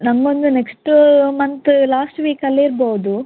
ನಂಗೊಂದು next month last ವೀಕಲ್ಲೇ ಇರ್ಬೋದು